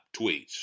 tweets